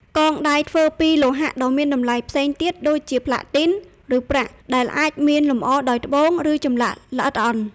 កងដៃធ្វើពីលោហៈដ៏មានតម្លៃផ្សេងទៀត ដូចជាផ្លាទីន ឬប្រាក់ ដែលអាចមានលម្អដោយត្បូង ឬចម្លាក់ល្អិតល្អន់។